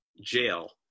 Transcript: jail